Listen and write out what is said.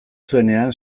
zuenean